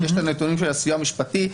יש נתונים של הסיוע המשפטי,